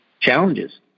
challenges